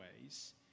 ways